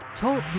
Talk